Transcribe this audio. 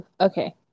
Okay